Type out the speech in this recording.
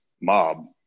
mob